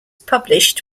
published